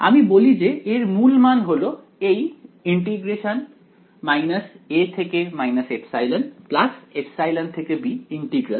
আমি বলি যে এর মূল মান হল এই ইন্টিগ্রাল এবং আমি কি ফেলে এসেছি